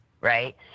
right